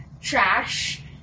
trash